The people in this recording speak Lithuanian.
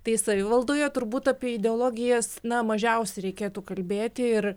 tai savivaldoje turbūt apie ideologijas na mažiausiai reikėtų kalbėti ir